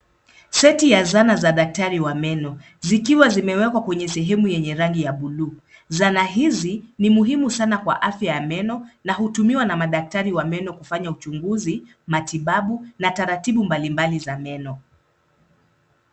Seti ya zana za daktari wa meno, zikiwa zimewekwa kwenye sehemu yenye rangi ya blue . Zana hizi, ni muhimu sana kwa afya ya meno, na hutumiwa sana na daktari wa meno, kufanya uchunguzi, matibabu, na taratibu mbalimbali za meno.